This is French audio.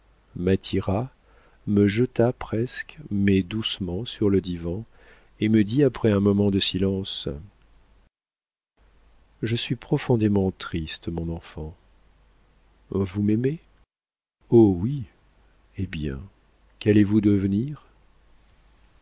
m'attira me jeta presque mais doucement sur le divan et me dit après un moment de silence je suis profondément triste mon enfant vous m'aimez oh oui eh bien qu'allez-vous devenir